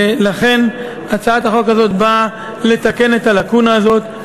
ולכן הצעת החוק הזאת באה לתקן את הלקונה הזאת.